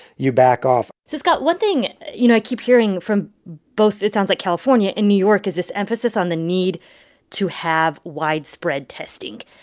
you back off so, scott, one thing, you know, i keep hearing from both it sounds like california and new york is this emphasis on the need to have widespread testing.